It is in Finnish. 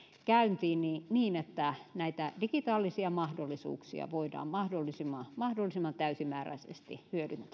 käyntiin niin niin että näitä digitaalisia mahdollisuuksia voidaan mahdollisimman mahdollisimman täysimääräisesti